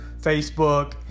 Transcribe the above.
Facebook